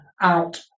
out